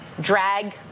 drag